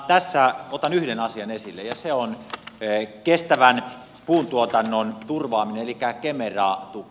tässä otan yhden asian esille ja se on kestävän puuntuotannon turvaaminen elikkä kemera tuki